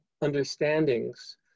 understandings